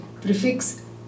prefix